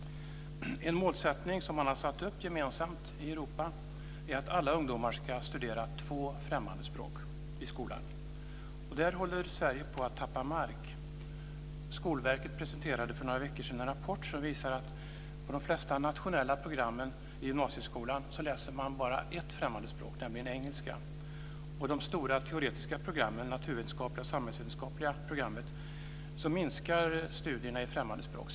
En målsättning som man har satt upp gemensamt i Europa är att alla ungdomar ska studera två främmande språk i skolan. Där håller Sverige på att tappa mark. Skolverket presenterade för några veckor sedan en rapport som visar att på de flesta nationella programmen i gymnasieskolan läser man bara ett främmande språk, nämligen engelska. På de stora teoretiska programmen, det naturvetenskapliga och det samhällsvetenskapliga programmet, minskar studierna i främmande språk.